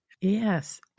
Yes